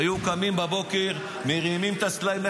היו קמים בבוקר, היו מרימים את הסלעים.